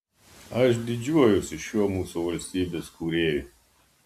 aš didžiuojuosi šiuo mūsų valstybės kūrėju